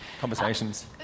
conversations